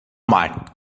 mar